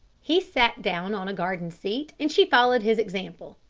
he sat down on a garden seat and she followed his example.